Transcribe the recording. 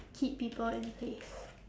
keep people in place